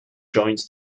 joins